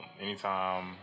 anytime